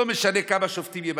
לא משנה כמה שופטים ימנים,